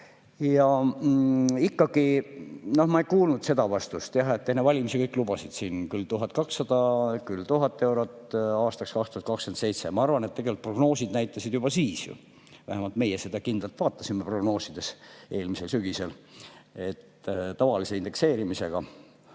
Ikkagi ma ei kuulnud seda vastust. Jah, enne valimisi kõik lubasid siin küll 1200, küll 1000 eurot aastaks 2027. Ma arvan, et tegelikult prognoosid näitasid juba siis – vähemalt meie seda kindlalt nägime prognoosides eelmisel sügisel –, et tavalise indekseerimisega